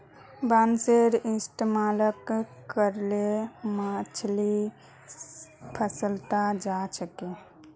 बांसेर इस्तमाल करे मछली फंसाल जा छेक